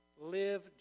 live